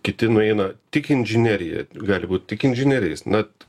kiti nueina tik inžinerija gali būti tik inžinieriais na